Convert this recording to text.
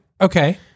okay